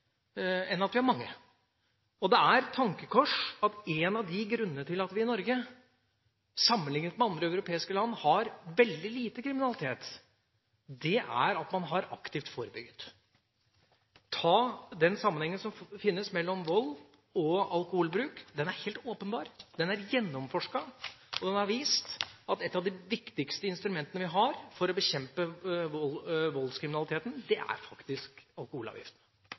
enn et samfunn hvor vi har mange. Det er et tankekors at en av grunnene til at vi i Norge har veldig lite kriminalitet sammenlignet med andre europeiske land, er at man aktivt har forbygget. La oss ta den sammenhengen som finnes mellom vold og alkoholbruk. Den er helt åpenbar. Den er gjennomforsket, og den har vist at et av de viktigste instrumentene vi har for å bekjempe voldskriminaliteten, er alkoholavgiften. Alkohol er